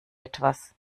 etwas